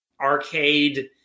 arcade